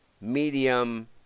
medium